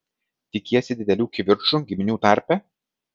tikiesi didelių kivirčų giminių tarpe